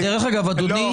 דרך אגב, אדוני --- לא,